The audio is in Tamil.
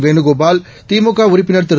வேணுகோபால் திமுகஉறுப்பினர்திரு